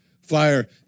fire